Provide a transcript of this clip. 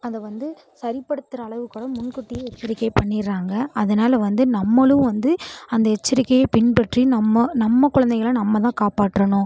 அதை வந்து சரிப்படுத்துகிற அளவுக்கு கூட முன்கூட்டியே எச்சரிக்கை பண்ணிடறாங்க அதனால வந்து நம்மளும் வந்து அந்த எச்சரிக்கையை பின்பற்றி நம்ம நம்ம குழந்தைங்கள நம்ம தான் காப்பாற்றணும்